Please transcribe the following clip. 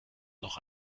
noch